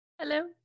hello